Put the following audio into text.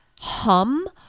hum